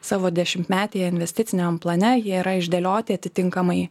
savo dešimtmetyje investiciniam plane jie yra išdėlioti atitinkamai